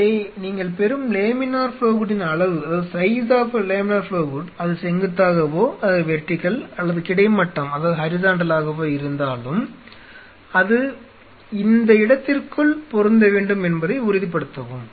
எனவே நீங்கள் பெறும் லேமினார் ஃப்ளோ ஹூட்டின் அளவு அது செங்குத்தாகவோ அல்லது கிடைமட்டமாகவோ இருந்தாலும் அது இந்த இடத்திற்குள் பொருந்த வேண்டும் என்பதை உறுதிப்படுத்தவும்